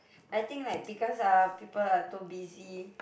I think like because are people are too busy